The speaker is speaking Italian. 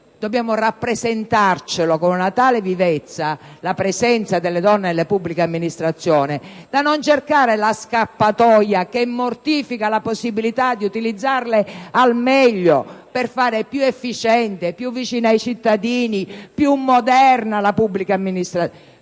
dobbiamo rappresentare con una tale vivezza la presenza delle donne nella pubblica amministrazione da non cercare la scappatoia che mortifica la possibilità di utilizzarle al meglio, per rendere più efficiente, più vicina ai cittadini, più moderna e più competente la pubblica amministrazione